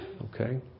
okay